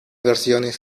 versiones